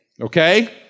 Okay